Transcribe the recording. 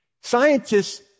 Scientists